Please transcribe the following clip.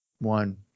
one